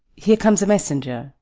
here comes a messenger.